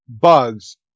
bugs